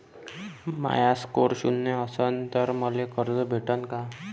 माया score शून्य असन तर मले कर्ज भेटन का?